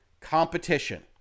competition